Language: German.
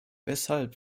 weshalb